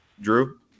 Drew